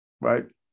right